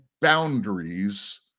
boundaries